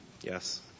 Yes